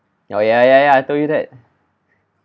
ya ya ya ya I told you that